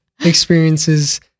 experiences